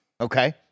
Okay